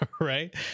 right